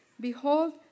behold